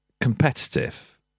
competitive